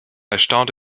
erstaunt